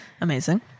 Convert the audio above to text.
Amazing